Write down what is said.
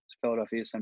Philadelphia